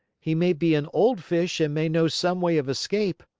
he may be an old fish and may know some way of escape.